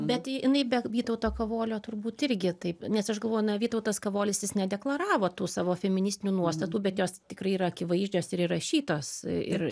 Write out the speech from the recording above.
bet jinai be vytauto kavolio turbūt irgi taip nes aš galvoju na vytautas kavolis jis nedeklaravo tų savo feministinių nuostatų bet jos tikrai yra akivaizdžios ir įrašytos ir